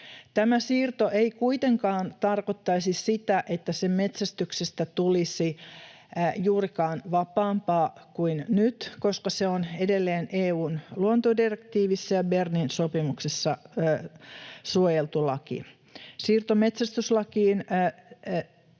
Tämä siirto ei kuitenkaan tarkoittaisi sitä, että sen metsästyksestä tulisi juurikaan vapaampaa kuin nyt, koska se on edelleen EU:n luontodirektiivissä ja Bernin sopimuksessa suojeltu laji. Jos siirto metsästyslakiin